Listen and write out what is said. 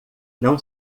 não